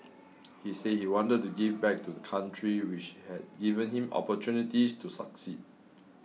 he said he wanted to give back to country which had given him opportunities to succeed